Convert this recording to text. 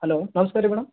hello ನಮ್ಸ್ಕಾರ ರೀ madam